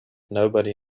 nobody